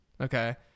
Okay